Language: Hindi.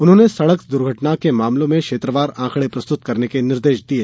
उन्होंने सड़क दुर्घटना के मामले में क्षेत्रवार आंकड़े प्रस्तुत करने के निर्देश दिये